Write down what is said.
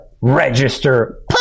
Register